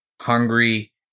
hungry